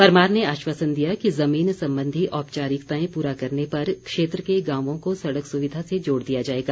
परमार ने आश्वासन दिया कि जमीन संबंधी औपचारिकताएं पूरा करने पर क्षेत्र के गांवों को सड़क सुविधा से जोड़ दिया जाएगा